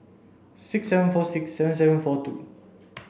six seven four six seven seven four two